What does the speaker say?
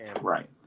Right